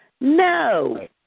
No